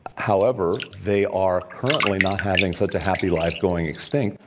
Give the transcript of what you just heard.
however, they are currently not having such a happy life going extinct.